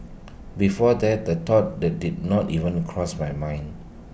before that the thought the did not even cross my mind